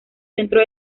centros